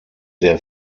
der